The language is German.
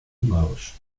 ungarisch